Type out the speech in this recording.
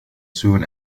soon